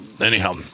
Anyhow